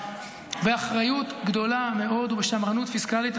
באחריות גדולה מאוד ובשמרנות פיסקלית.